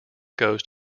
goes